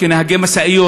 כנהגי משאיות.